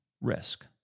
risk